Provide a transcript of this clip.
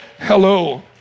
Hello